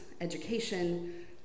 education